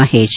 Mahesh